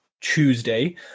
Tuesday